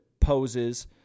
poses